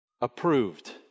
approved